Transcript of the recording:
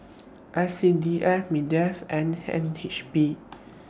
S C D F Mindef and N H B